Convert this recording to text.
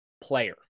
player